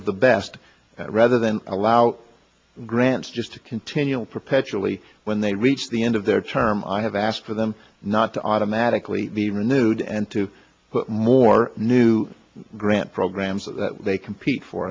of the best rather than allow grants just to continually perpetually when they reach the end of their term i have asked for them not to automatically be renewed and to put more new grant programs that they compete for